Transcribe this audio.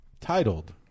titled